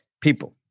people